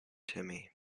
timmy